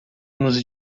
nos